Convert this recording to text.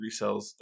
resells